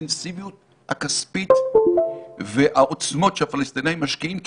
האינטנסיביות הכספים והעוצמות שהפלסטינים משקיעים,